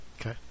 Okay